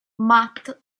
matt